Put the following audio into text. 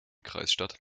kreisstadt